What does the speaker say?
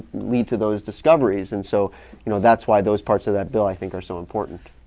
lead to those discoveries. and so you know, that's why those parts of that bill, i think, are so important.